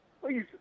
Please